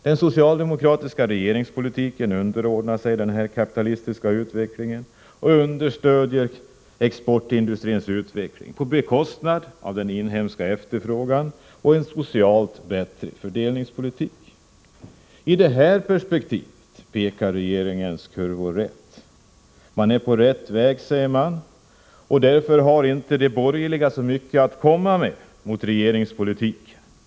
Den socialdemokratiska regeringspolitiken underordnar sig denna kapitalistiska utveckling och understödjer exportindustrins utveckling på bekostnad av den inhemska efterfrågan och en socialt bättre fördelningspolitik. I detta perspektiv pekar regeringens kurvor rätt. Man är på rätt väg, säger man, och därför har de borgerliga inte så mycket att komma med mot regeringspolitiken.